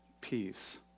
peace